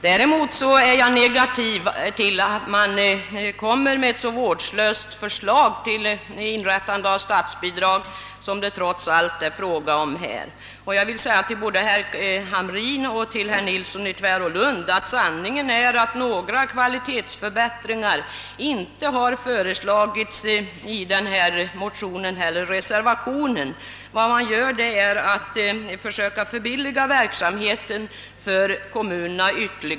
Däremot är jag negativ till att man framlägger ett så vårdslöst utformat förslag till inrättande av statsbidrag som det trots allt är fråga om här. Och jag vill säga till både herr Hamrin i Kalmar och herr Nilsson i Tvärålund att sanningen är att några kvalitetsförbättringar inte har föreslagits i motionen eller reservationen. Vad man gör är att försöka förbilliga verksamheten ytterligare för kommunerna.